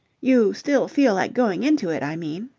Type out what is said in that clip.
you still feel like going into it, i mean.